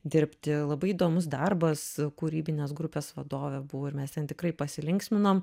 dirbti labai įdomus darbas kūrybinės grupės vadove buvau ir mes ten tikrai pasilinksminom